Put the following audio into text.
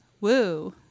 Woo